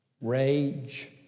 rage